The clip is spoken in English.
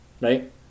Right